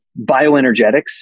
bioenergetics